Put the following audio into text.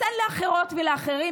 תן לאחרות ולאחרים,